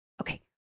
okay